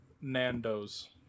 Nando's